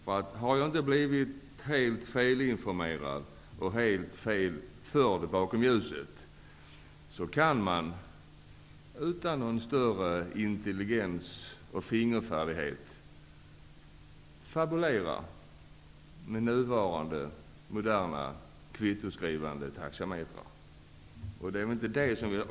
Om jag inte har blivit helt felinformerad kan man utan någon större intelligens eller fingerfärdighet manipulera med nuvarande moderna kvittoskrivande taxametrar.